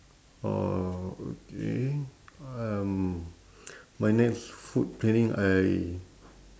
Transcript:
orh okay um my next food planning I